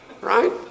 Right